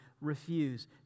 refuse